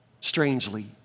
strangely